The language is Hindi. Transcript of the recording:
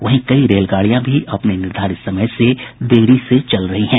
वहीं कई रेलगाड़ियां भी अपने निर्धारित समय से देरी से चल रही हैं